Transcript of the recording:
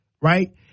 right